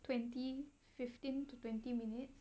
twenty fifteen to twenty minutes